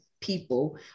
people